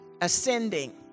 ascending